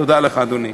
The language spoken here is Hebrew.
תודה לך, אדוני.